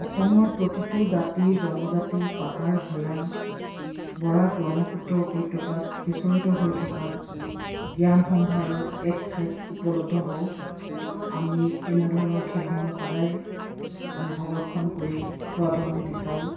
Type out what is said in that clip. অসমৰ প্ৰতিটো জাতি জনজাতি পাহাৰ ভৈয়াম বৰাক ব্ৰক্ষ্মপুত্ৰ উপত্যকাত সিচঁৰিত হৈ থকা জ্ঞান সম্ভাৰৰ এক ঠাইত উপলব্ধ হওক আমি এনেধৰণৰ খেলসমূহ সদায় আমি সংৰক্ষণ কৰি থোৱাটো আমি বিচাৰোঁ